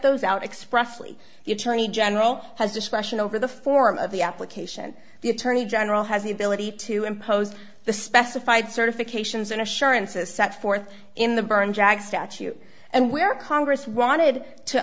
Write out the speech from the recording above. expressly the attorney general has discretion over the form of the application the attorney general has the ability to impose the specified certifications and assurances set forth in the burn jag statute and where congress wanted to